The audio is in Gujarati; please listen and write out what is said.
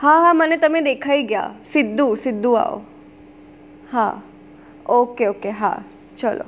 હા હા મને તમે દેખાઈ ગયા સીધું સીધું આવો હા ઓકે ઓકે હા ચલો